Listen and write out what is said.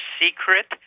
secret